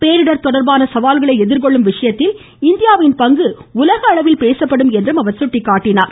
பேரிடர் தொடர்பான சவால்களை எதிர்கொள்ளும் விஷயத்தில் இந்தியாவின் பங்கு உலக அளவில் பேசப்படும் என்றும் அவர் சுட்டிக்காட்டினார்